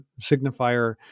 signifier